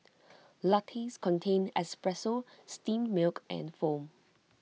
lattes contain espresso steamed milk and foam